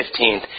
15th